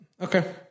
Okay